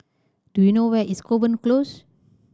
do you know where is Kovan Close